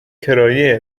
کرایه